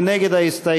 מי נגד ההסתייגות?